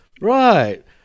Right